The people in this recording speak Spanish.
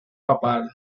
papal